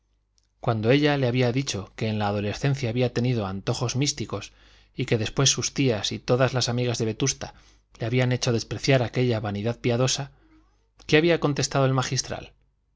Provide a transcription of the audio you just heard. cuando ella le había dicho que en la adolescencia había tenido antojos místicos y que después sus tías y todas las amigas de vetusta le habían hecho despreciar aquella vanidad piadosa qué había contestado el magistral bien